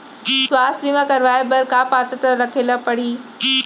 स्वास्थ्य बीमा करवाय बर का पात्रता रखे ल परही?